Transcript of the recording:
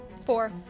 Four